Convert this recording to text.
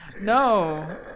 No